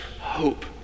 hope